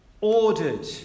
Ordered